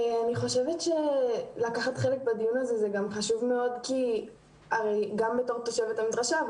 אני חושבת שלקחת חלק בדיון הזה זה חשוב מאוד גם בתור תושבת המדרשה,